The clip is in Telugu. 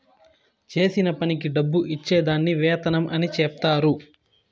చేసిన పనికి డబ్బు ఇచ్చే దాన్ని వేతనం అని చెప్తారు